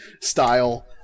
style